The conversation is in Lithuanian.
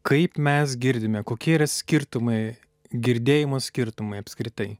kaip mes girdime kokie yra skirtumai girdėjimo skirtumai apskritai